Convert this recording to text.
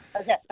okay